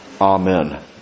Amen